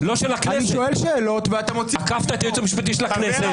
--- מול הייעוץ המשפטי של הממשלה, לא של הכנסת.